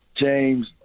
James